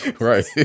right